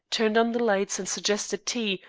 turned on the lights and suggested tea,